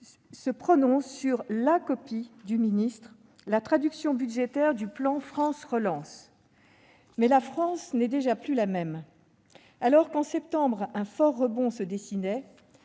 se prononcer sur la copie du ministre, traduction budgétaire du plan France Relance. Or la France n'est déjà plus la même. Alors que, en septembre, un fort rebond se dessinait,